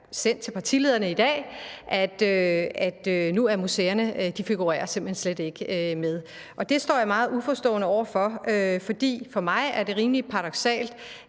sendt til partilederne i dag, at nu figurerer museerne simpelt hen slet ikke. Det står jeg meget uforstående over for. For mig er det rimelig paradoksalt,